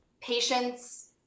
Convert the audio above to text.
patience